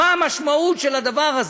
מה המשמעות של הדבר הזה?